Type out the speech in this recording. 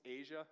Asia